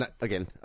again